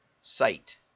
sight